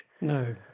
No